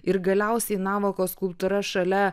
ir galiausiai navako skulptūra šalia